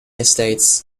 estates